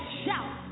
shout